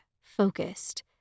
focused